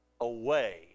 away